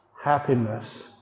happiness